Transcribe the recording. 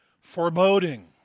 foreboding